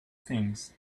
things